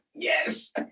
Yes